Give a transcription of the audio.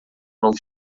novo